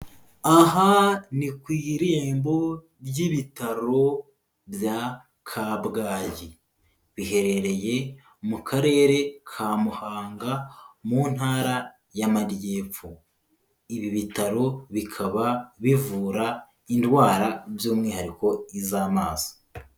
Aha ni ku irembo ry'ibitaro bya Kabgayi, biherereye mu karere ka Muhanga mu ntara y'amajyepfo, ibi bitaro bikaba bivura indwara by'umwihariko iz'amaso.